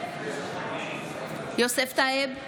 יוסף טייב,